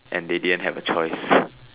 and they didn't have a choice